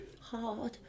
hard